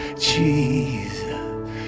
jesus